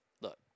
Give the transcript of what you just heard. Look